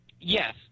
Yes